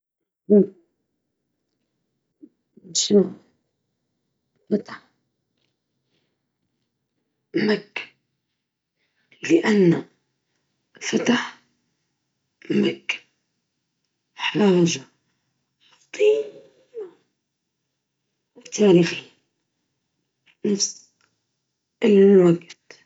تحرير القدس مع صلاح الدين الأيوبي، لأنه حدث عظيم يبين معنى القوة والوحدة.